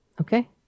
Okay